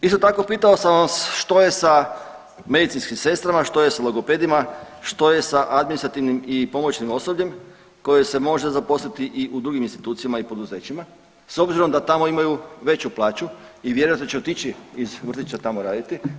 Isto tako pitao sam vas što je sa medicinskim sestrama, što je sa logopedima, što je sa administrativnim i pomoćnim osobljem koje se može zaposliti i u drugim institucijama i poduzećima s obzirom da tamo imaju veću plaću i vjerojatno će otići iz vrtića tamo raditi.